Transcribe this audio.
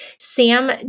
Sam